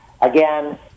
Again